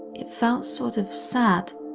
it felt sort of, sad,